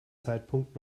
zeitpunkt